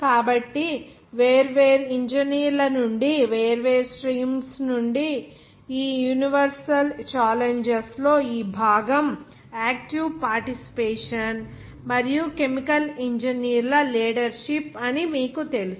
కాబట్టి వేర్వేరు ఇంజనీర్ల నుండి వేర్వేరు స్ట్రీమ్స్ నుండి ఈ యూనివర్సల్ ఛాలెంజెస్ లో ఈ భాగం ఆక్టివ్ పార్టిసిపేషన్ మరియు కెమికల్ ఇంజనీర్ల లీడర్ షిప్ అని మీకు తెలుసు